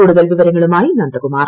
കൂടുതൽ വിവരങ്ങളുമായി നന്ദകുമാർ